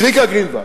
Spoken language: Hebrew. צביקה גרינוולד,